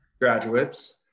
graduates